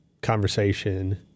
conversation